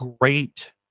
great